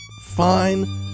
fine